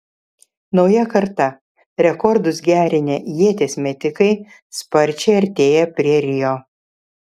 nauja karta rekordus gerinę ieties metikai sparčiai artėja prie rio